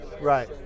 right